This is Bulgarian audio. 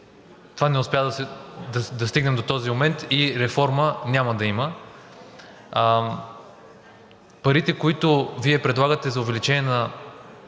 не успяхме да стигнем до този момент и реформа няма да има. Парите, които Вие предлагате за увеличение за